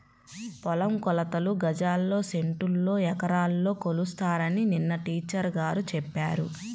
పొలం కొలతలు గజాల్లో, సెంటుల్లో, ఎకరాల్లో కొలుస్తారని నిన్న టీచర్ గారు చెప్పారు